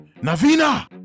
Navina